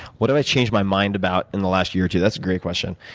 what did i change my mind about in the last year or two? that's a great question.